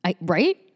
Right